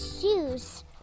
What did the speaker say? shoes